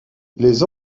les